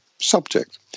subject